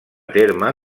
terme